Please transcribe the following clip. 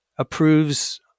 Approves